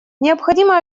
необходимо